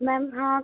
ma'am हाँ